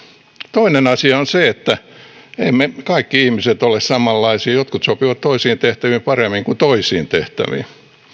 toinen asia on se että emme kaikki ihmiset ole samanlaisia jotkut sopivat toisiin tehtäviin paremmin kuin toisiin tehtäviin